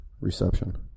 reception